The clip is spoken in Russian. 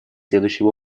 следующим